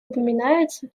упоминается